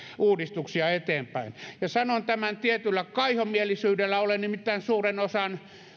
uudistuksia eteenpäin sanon tämän tietyllä kaihomielisyydellä olen nimittäin suuren osan